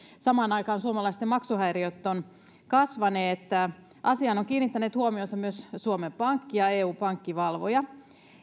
samaan aikaan suomalaisten maksuhäiriöt ovat kasvaneet asiaan ovat kiinnittäneet huomionsa myös suomen pankki ja eu pankkivalvoja